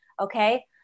Okay